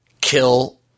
kill